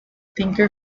tinker